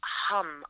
hum